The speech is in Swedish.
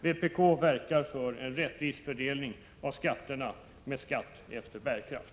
Vpk verkar för en rättvis fördelning av skatterna med skatt efter bärkraft.